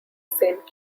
saint